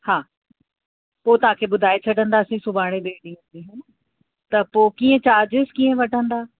हा पोइ तव्हांखे ॿुधाए छॾंदासीं सुभाणे जे ॾींहं त पोइ कीअं चार्जिस कीअं वठंदा